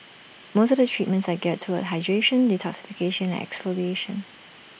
most of the treatments are geared toward hydration detoxification and exfoliation